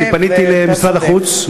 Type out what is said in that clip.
ואני פניתי למשרד החוץ,